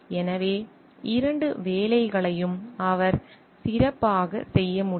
எனவே இரண்டு வேலைகளையும் அவர் சிறப்பாகச் செய்ய முடியும்